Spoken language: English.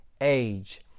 age